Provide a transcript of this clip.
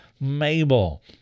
Mabel